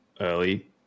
early